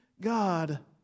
God